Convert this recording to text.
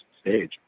stage